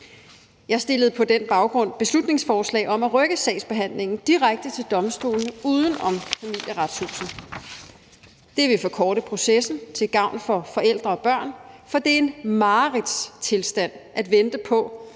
Jeg fremsatte på den baggrund beslutningsforslag om at rykke sagsbehandlingen direkte til domstolene uden om Familieretshuset. Det vil forkorte processen til gavn for forældre og børn, for det er en mareridtstilstand at vente på,